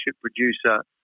producer